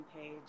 page